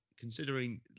Considering